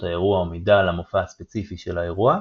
האירוע ומידע על המופע הספציפי של האירוע.